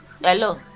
Hello